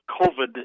COVID